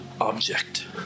object